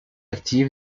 actif